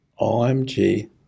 OMG